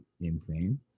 insane